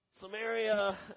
Samaria